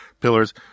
Pillars